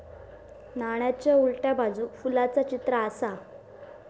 नाण्याच्या उलट्या बाजूक फुलाचा चित्र आसा